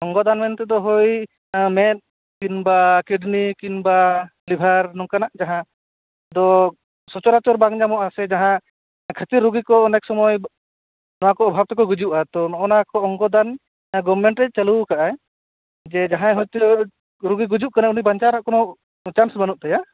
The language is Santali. ᱚᱝᱜᱚ ᱫᱟᱱ ᱢᱮᱱᱛᱮ ᱫᱚ ᱦᱳᱭ ᱢᱮᱫ ᱠᱤᱢᱵᱟ ᱠᱤᱰᱱᱤ ᱠᱤᱢᱵᱟ ᱞᱤᱵᱷᱟᱨ ᱱᱚᱝᱠᱟᱱᱟᱜ ᱡᱟᱦᱟᱱᱟᱜ ᱛᱳ ᱥᱚᱪᱚᱨᱟᱪᱳᱨ ᱵᱟᱝ ᱧᱟᱢᱚᱼᱟ ᱡᱟᱦᱟ ᱠᱷᱟᱹᱛᱤᱨ ᱨᱩᱜᱤ ᱠᱚ ᱚᱱᱮᱠ ᱥᱚᱢᱚᱭ ᱚᱵᱷᱟᱵ ᱛᱮᱠᱩ ᱜᱩᱡᱩᱼᱟ ᱱᱚᱜᱚᱭ ᱱᱚᱣᱟ ᱠᱚ ᱚᱝᱜᱚ ᱫᱟᱱ ᱡᱟᱦᱟ ᱜᱚᱵᱷᱢᱮᱱᱴᱮ ᱪᱟᱞᱩᱣ ᱠᱟᱜᱟ ᱟᱭ ᱡᱮ ᱡᱟᱦᱟᱭ ᱦᱚᱭᱛᱳ ᱨᱩᱜᱤ ᱜᱩᱡᱩ ᱠᱟᱱᱟᱭ ᱩᱱᱤ ᱵᱟᱱᱪᱟᱜ ᱨᱮᱱᱟ ᱠᱳᱱᱳ ᱪᱟᱱᱥ ᱵᱟᱹᱱᱩ ᱛᱟᱭᱟ